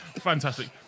Fantastic